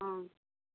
हाँ